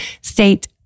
state